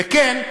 וכן,